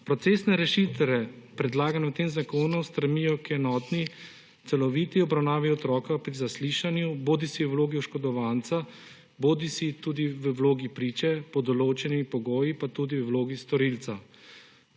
Procesne rešitve, predlagane v tem zakonu, stremijo k enotni celoviti obravnavi otroka pri zaslišanju bodisi v vlogi oškodovanca bodisi v vlogi priče, pod določenimi pogoji pa tudi v vlogi storilca.